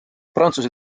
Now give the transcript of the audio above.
prantsuse